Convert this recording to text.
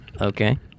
Okay